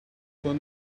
phone